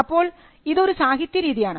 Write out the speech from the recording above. അപ്പോൾ ഇത് ഒരു സാഹിത്യ രീതിയാണ്